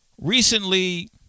recently